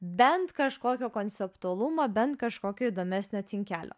bent kažkokio konceptualumo bent kažkokio įdomesnio cinkelio